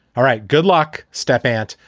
all right. good luck. step aunt.